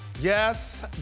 Yes